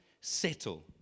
settle